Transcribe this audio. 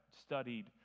studied